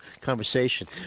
conversation